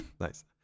Nice